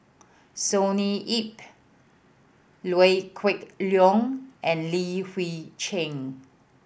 Sonny Yap Liew Geok Leong and Li Hui Cheng